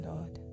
Lord